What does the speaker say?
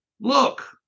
look